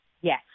Yes